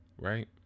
right